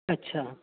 अछा